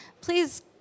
please